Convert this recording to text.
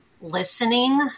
listening